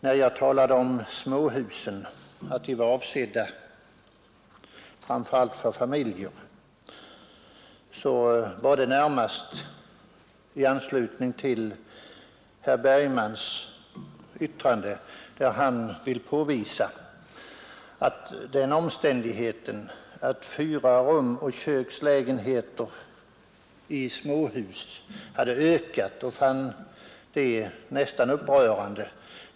När jag talade om att småhusen framför allt var avsedda för familjer, så gjorde jag det närmast i anslutning till herr Bergmans yttrande att antalet småhuslägenheter om fyra rum och kök hade ökat, vilket herr Bergman fann nästan upprörande.